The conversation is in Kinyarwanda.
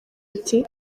ati